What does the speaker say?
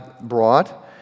brought